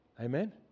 Amen